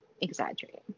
exaggerating